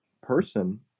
person